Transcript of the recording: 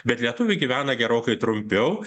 bet lietuviai gyvena gerokai trumpiau